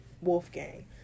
Wolfgang